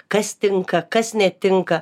kas tinka kas netinka